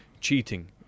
cheating